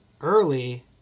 early